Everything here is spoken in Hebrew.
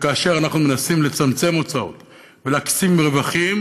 וכאשר אנחנו מנסים לצמצם הוצאות ולמקסם רווחים,